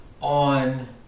on